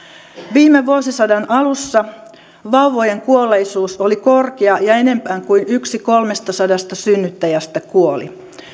viime vuosisadan alussa vauvojen kuolleisuus oli korkea ja enemmän kuin yksi kolmestasadasta synnyttäjästä kuoli